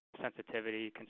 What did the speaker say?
sensitivity